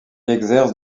exerce